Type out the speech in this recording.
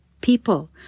people